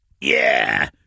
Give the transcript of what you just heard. Yeah